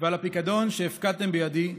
ועל הפיקדון שהפקדתם בידי: